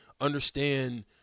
understand